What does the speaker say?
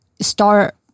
start